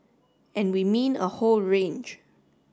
and we mean a whole range